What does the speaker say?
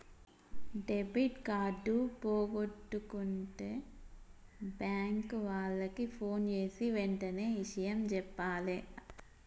debit card పోగొట్టుకుంటే bank వాళ్లకి ఫోన్జేసి వెంటనే ఇషయం జెప్పాలే